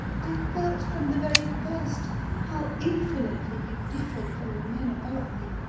i felt from the very first how infinitely you differed from the men about me.